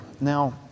Now